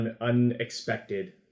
unexpected